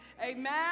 Amen